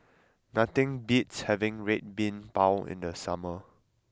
nothing beats having Red Bean Bao in the summer